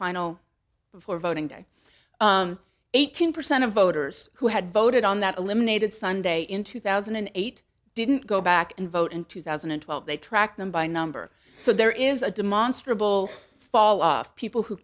final before voting day eighteen percent of voters who had voted on that eliminated sunday in two thousand and eight didn't go back and vote in two thousand and twelve they tracked them by number so there is a demonstrably will fall off people who